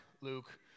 Luke